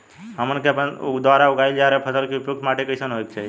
हमन के आपके द्वारा उगाई जा रही फसल के लिए उपयुक्त माटी कईसन होय के चाहीं?